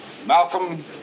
Malcolm